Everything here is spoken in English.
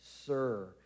Sir